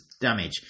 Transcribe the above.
damage